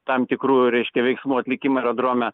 tam tikrų reiškia veiksmų atlikimą aerodrome